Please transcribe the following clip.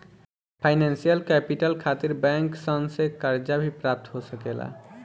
financial capital खातिर bank सन से कर्जा भी प्राप्त हो सकेला